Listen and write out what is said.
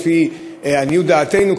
לפי עניות דעתנו,